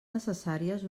necessàries